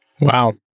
wow